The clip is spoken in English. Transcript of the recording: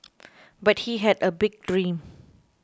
but he had a big dream